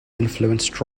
influenced